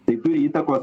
tai turi įtakos